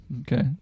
Okay